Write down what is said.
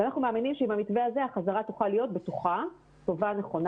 אנחנו מאמינים שבמתווה הזה החזרה תוכל להיות בטוחה ונכונה,